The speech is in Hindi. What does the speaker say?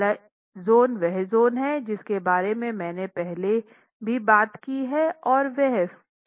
पहला ज़ोन वह ज़ोन है जिसके बारे में मैंने पहले भी बात की है और वह प्री क्रैकिंग है